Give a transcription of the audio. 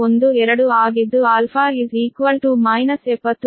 112 ಆಗಿದ್ದು α 70